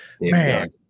Man